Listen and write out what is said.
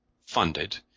funded